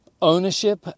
ownership